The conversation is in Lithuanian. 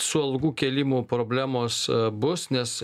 su algų kėlimu problemos bus nes